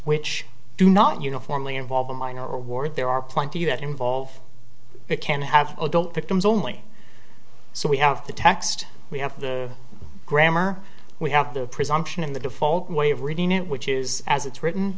which do not uniformly involve a minor war there are plenty that involve it can have adult victims only so we have the text we have the grammar we have the presumption in the default way of reading it which is as it's written